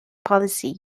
policy